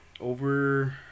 over